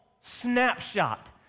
snapshot